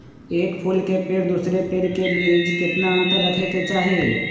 एक फुल के पेड़ के दूसरे पेड़ के बीज केतना अंतर रखके चाहि?